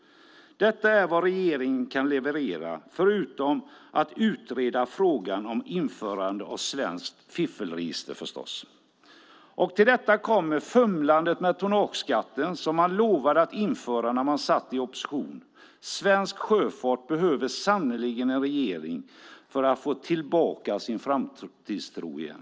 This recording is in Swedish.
Detta är vad regeringen kan leverera - förutom att utreda frågan om införande av ett svenskt fiffelregister, förstås. Till detta kommer också fumlandet med tonnageskatten, som man lovade införa när man satt i opposition. Svensk sjöfart behöver sannerligen en annan regering för att få tillbaka sin framtidstro igen.